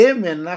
Amen